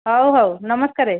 ହଉ ହଉ ନମସ୍କାର